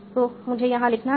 तो मुझे यहाँ लिखना है